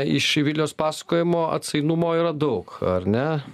iš vilijos pasakojimo atsainumo yra daug ar ne